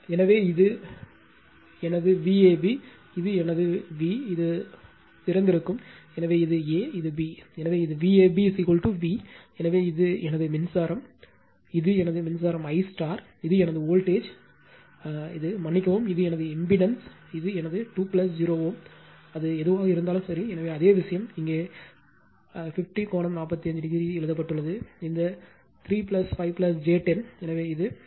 எனவே இது எனது VAB இது எனது v